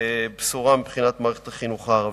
בשורה מבחינת מערכת החינוך הערבית.